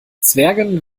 zwergen